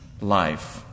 life